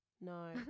No